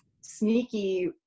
sneaky